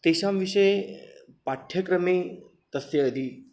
तेषां विषये पाठ्यक्रमे तस्य यदि